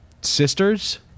sisters